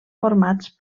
formats